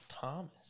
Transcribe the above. Thomas